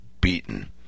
beaten